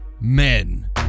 Men